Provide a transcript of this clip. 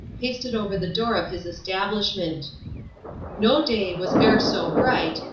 pasted over the door of his establishment no day was e'er so bright,